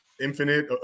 infinite